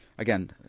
Again